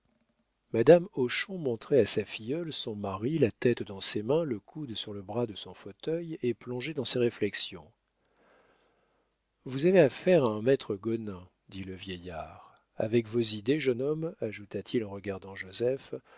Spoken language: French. madame hochon montrait à sa filleule son mari la tête dans ses mains le coude sur le bras de son fauteuil et plongé dans ses réflexions vous avez affaire à un maître gonin dit le vieillard avec vos idées jeune homme ajouta-t-il en regardant joseph